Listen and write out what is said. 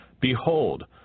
Behold